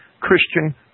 Christian